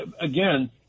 again